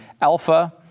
alpha